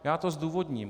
Já to zdůvodním.